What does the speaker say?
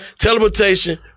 teleportation